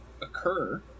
occur